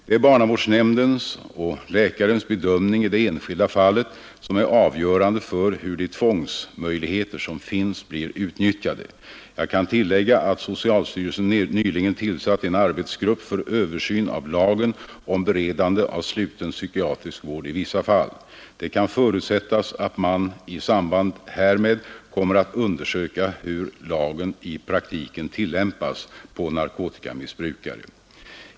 Det är barnavårdsnämndens och läkarens bedömning i det enskilda fallet som är avgörande för hur de tvångsmöjligheter som finns blir utnyttjade. Jag kan tillägga att socialstyrelsen nyligen tillsatt en arbetsgrupp för översyn av lagen om beredande av sluten psykiatrisk vård i vissa fall. Det kan förutsättas att man i samband härmed kommer att undersöka hur lagen i praktiken tillämpas på narkotikamissbrukare.